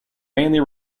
mainly